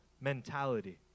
mentality